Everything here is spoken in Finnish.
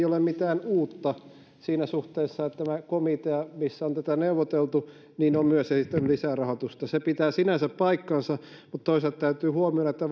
ole mitään uutta siinä suhteessa että tämä komitea missä tätä on neuvoteltu on myös esittänyt lisärahoitusta se pitää sinänsä paikkansa mutta toisaalta täytyy huomioida että